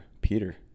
Peter